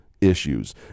issues